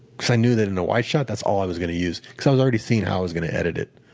because i knew that in a wide shot, that's all i was going to use because i was already seeing how i was going to edit it.